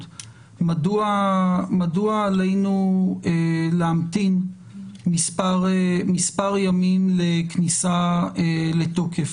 מדוע עלינו להמתין מספר ימים לכניסה לתוקף.